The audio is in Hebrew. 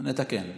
נתקן.